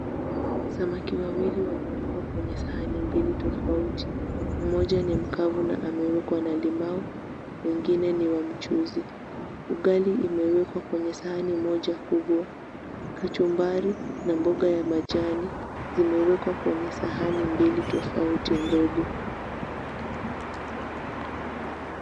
Samaki wawili wamewekwa kwenye sahani mbili tofauti, mmoja ni mkavu na ameekwa na limau mwingine ni wa mchuuzi. Ugali imeekwa kwenye sahani moja kubwa, kachumbari na mboga ya majani zimewekwa kwenye sahani mbili tofauti ndogo.